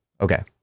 Okay